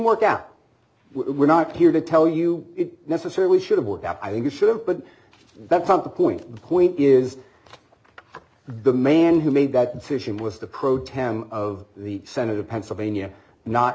work out we're not here to tell you it necessarily should have worked out i think you should have but that from the point the point is the man who made that decision was the pro tem of the senate of pennsylvania not